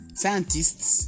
Scientists